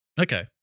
Okay